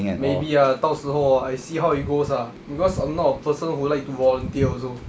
maybe ah 到时候 I see how it goes ah because I'm not a person who like to volunteer also